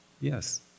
Yes